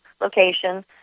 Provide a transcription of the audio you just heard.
location